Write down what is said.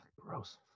Gross